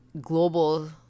global